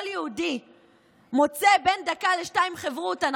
כל יהודי מוצא בין דקה לשתיים חברותא,